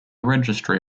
registry